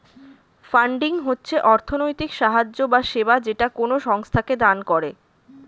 funding হচ্ছে অর্থনৈতিক সাহায্য বা সেবা যেটা কোনো সংস্থাকে দান করে